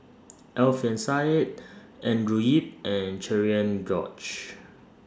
Alfian Sa'at Andrew Yip and Cherian George